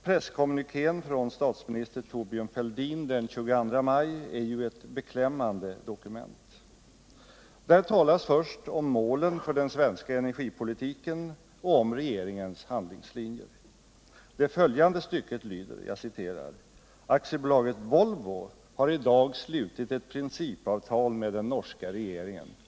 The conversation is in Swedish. Presskommunikén från statsminister Thorbjörn Fälldin den 22 maj är ett beklämmande dokument. Där talas först om målen för den svenska energipolitiken och om regeringens handlingslinjer. I det följande stycket sägs: ”AB Volvo har idag slutit ett principavtal med den norska regeringen -—--".